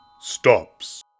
stops